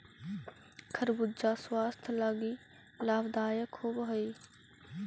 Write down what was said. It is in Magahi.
खरबूजा स्वास्थ्य लागी लाभदायक होब हई